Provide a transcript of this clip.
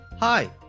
Hi